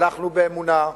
הלכנו באמונה.